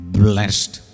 blessed